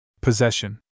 Possession